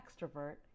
extrovert